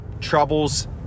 troubles